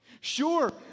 Sure